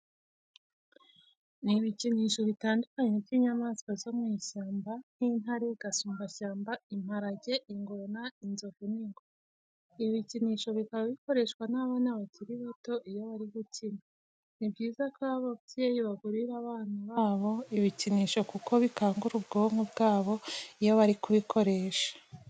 Ni ibikinisho bitandukanye by'inyamaswa zo mu ishyamba nk'intare, gasumbashyamba, imparage, ingona, inzovu n'ingwe. Ibi bikinisho bikaba bikoreshwa n'abana bakiri bato iyo bari gukina. Ni byiza ko ababyeyi bagurira bana babo ibikinisho kuko bikangura ubwonko bwabo iyo bari kubikoresha.